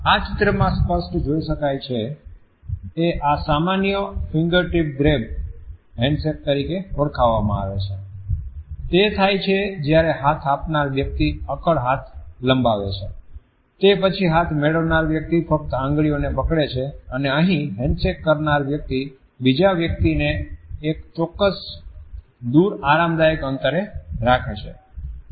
આ ચિત્રમાં સ્પષ્ટ જોઈ શકાય છે એ સામાન્ય રીતે ફિંગરટિપ ગ્રેબ હેન્ડશેક તરીકે ઓળખવામાં આવે છે તે થાય છે જ્યારે હાથ આપનાર વ્યક્તિ અક્કડ હાથ લંબાવે છે તે પછી હાથ મેળવનાર વ્યક્તિ ફક્ત આંગળીને પકડે છે અને અહીં હેન્ડશેક કરનાર વ્યક્તિ બીજા વ્યક્તિને એક ચોક્કસ દૂર આરામદાયક અંતરે રાખે છે